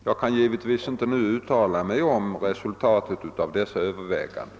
Jag kan givetvis inte nu uttala mig om resultatet av dessa överväganden.